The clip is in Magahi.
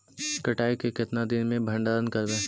कटाई के कितना दिन मे भंडारन करबय?